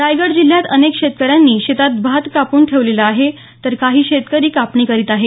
रागयड जिल्ह्यात अनेक शेतकऱ्यांनी शेतात भात कापून ठेवलेला आहे तर काही शेतकरी कापणी करीत आहेत